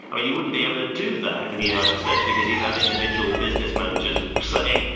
i mean, you wouldn't be able to do that in the united states because you'd have individual business managers saying,